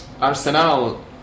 Arsenal